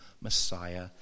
Messiah